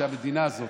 שהמדינה הזו